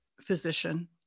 physician